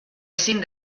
ezin